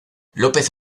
lópez